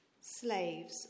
Slaves